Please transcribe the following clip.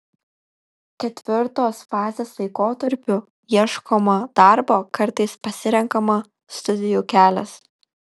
ketvirtos fazės laikotarpiu ieškoma darbo kartais pasirenkama studijų kelias